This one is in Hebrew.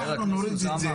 אנחנו נוריד את זה.